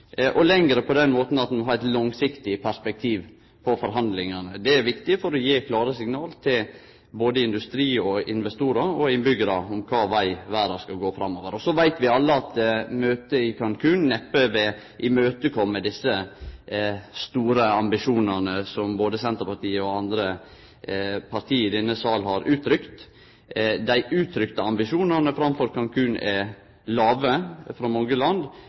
og lengre på den måten at ein må ha eit langsiktig perspektiv på forhandlingane. Det er viktig for å gje klare signal til industri, investorar og innbyggjarar om kva veg verda skal gå framover. Så veit vi alle at møtet i Cancún neppe vil imøtekomme desse store ambisjonane, som både Senterpartiet og andre parti i denne salen har uttrykt. Dei uttrykte ambisjonane før Cancún er låge frå mange land.